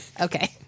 Okay